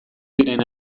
diren